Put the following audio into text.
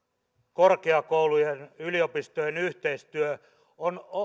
korkeakoulujen yliopistojen yhteistyö on